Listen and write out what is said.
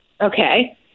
Okay